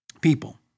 people